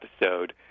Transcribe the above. episode